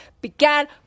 began